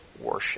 worship